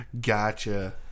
Gotcha